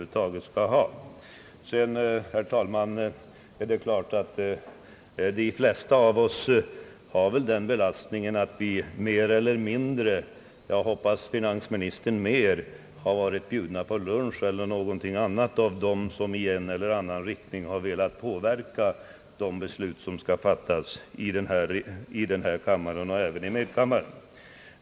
Det är klart, herr talman, att de flesta av oss har den belastningen att vi mer eller mindre — jag hoppas mer för finansministerns del — har varit bjudna på lunch eller något annat hos dem, som i en eller annan riktning har velat påverka de beslut som skall fattas i denna kammare och även i medkammaren.